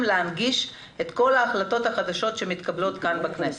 להנגיש את כל ההחלטות החדשות שמתקבלות כאן בכנסת.